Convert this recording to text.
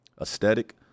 aesthetic